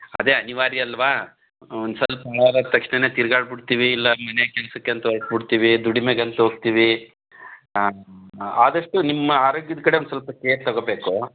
ಅದೇ ಅನಿವಾರ್ಯಾಲ್ವಾ ಒಂದು ಸ್ವಲ್ಪ ಹುಷಾರಾದ ತಕ್ಷಣನೆ ತಿರ್ಗಾಡಿ ಬಿಡ್ತೀವಿ ಇಲ್ಲ ಮನೆ ಕೆಲ್ಸಕ್ಕೇಂತ ಹೊರಟ್ಬಿಡ್ತೀವಿ ದುಡಿಮೆಗಂತ ಹೋಗ್ತೀವಿ ಆದಷ್ಟು ನಿಮ್ಮ ಆರೋಗ್ಯದ ಕಡೆ ಒಂದು ಸ್ವಲ್ಪ ಕೇರ್ ತಗೊಬೇಕು